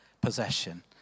possession